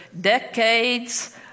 decades